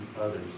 others